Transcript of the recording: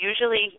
usually